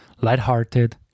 Lighthearted